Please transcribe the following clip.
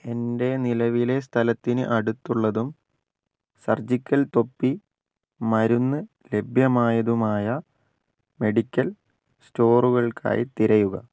എൻ്റെ നിലവിലെ സ്ഥലത്തിന് അടുത്തുള്ളതും സർജിക്കൽ തൊപ്പി മരുന്ന് ലഭ്യമായതുമായ മെഡിക്കൽ സ്റ്റോറുകൾക്കായി തിരയുക